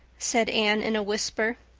said anne in a whisper.